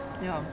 ya